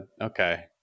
okay